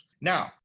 Now